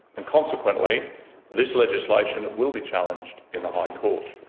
and consequently this legislation will be challenged in the high court.